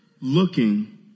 looking